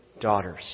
daughters